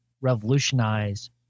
revolutionize